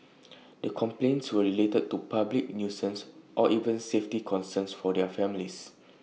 the complaints were related to public nuisance or even safety concerns for their families